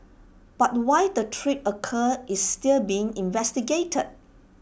but why the trip occurred is still being investigated